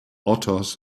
otters